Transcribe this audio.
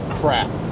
crap